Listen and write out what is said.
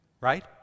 Right